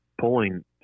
pulling